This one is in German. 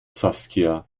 saskia